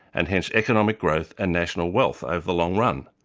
and hence economic growth and national wealth over the long run.